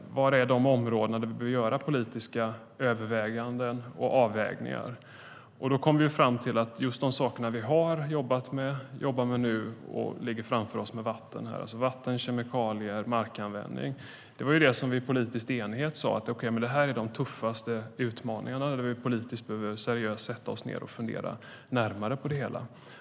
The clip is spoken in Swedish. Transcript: På vilka områden behöver vi göra politiska överväganden och avvägningar? Då kom vi fram till att just de saker som vi har jobbat med, som vi jobbar med nu och som ligger framför oss gäller vatten, kemikalier och markanvändning. Det var det som vi i politisk enighet sade är de tuffaste utmaningarna som vi behöver sätta och ned och seriöst fundera närmare på.